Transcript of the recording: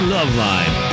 Loveline